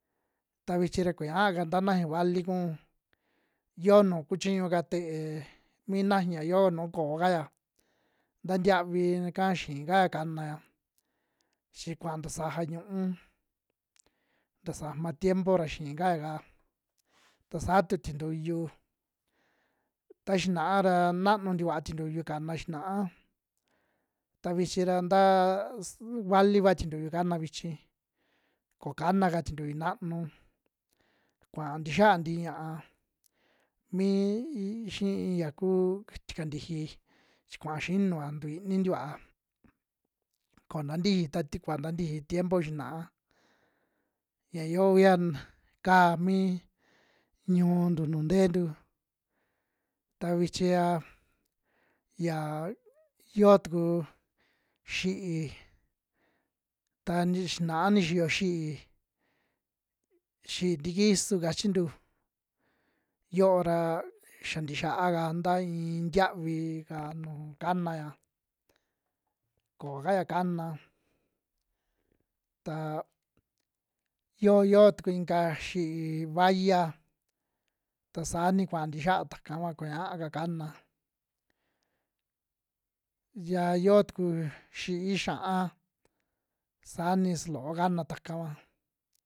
Ta vichi ra kuñaka nta naña vali kuun yoo nu kuchiñu'ka te'e mi naña yoo nu ko'o kaya nta ntiavi ika xii kaya kanaya chi kua ntasaja ñu'ú, nta sama tiempo ra xii kaya'ka ta saa tu tintuyu ta xinaa ra naanu tikua tintuyu kana xinaa, ta vichi ntaa su valiva tintuyu kana vichi, ko kanaka tintuyu naanu kua ntixia tii ña'a mii yi xi'i ya kuu tikantiji chi kua xinua, ntu iini tikua ko nta ntiji ta tikua tantiji tiempo xinaa, ya yoo uiya kaa mi ñu'untu nu ntentu ta vichi aa. Ya yoo tuku xi'í ta xinaa nixiyo xi'í, xi'í tikisu kachintu yo'o ra xia ntixiaa ka nta iin tiavi ka nuu kanaya, koo kaya kana. Ta yoo yo tuku inka xi'í vaya ta saa ni kuaa ntixiaa tuakava kuñaaka kana, yia yoo tuku xi'í xa'a sani su loo kana takava.